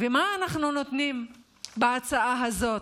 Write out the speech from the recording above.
ומה אנחנו נותנים בהצעה הזאת?